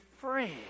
free